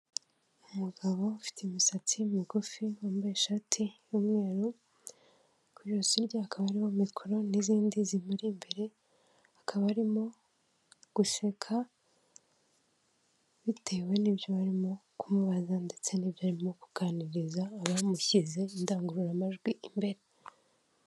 Umugabo ufite imisatsi migufi wambaye ishati y'umweru, ku ijosi rye hakaba hariho mikoro n'izindi zimuri imbere, akaba arimo guseka bitewe n'ibyo barimo kumubaza ndetse n'ibyo arimo kuganiriza abamushyize indangururamajwi imbere.